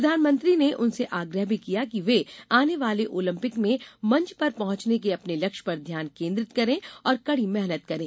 प्रधानमंत्री ने उनसे आग्रह भी किया कि वे आने वाले ओलंपिक में मंच पर पहुंचने के अपने लक्ष्य पर ध्यान केंद्रित करें और कड़ी मेहनत करें